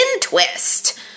twist